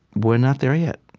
we're not there yet.